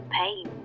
pain